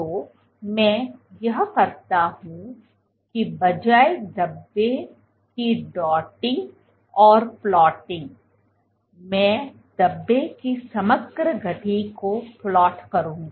तो मैं यह करता हूं कि बजाय धब्बे की dotting और प्लांटिंग मैं धब्बे की समग्र गति को प्लॉट करूंगा